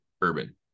urban